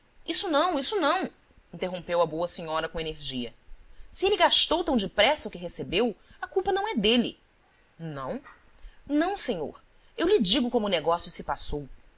isso não isso não interrompeu a boa senhora com energia se ele gastou tão depressa o que recebeu a culpa não é dele não não senhor eu lhe digo como o negócio se passou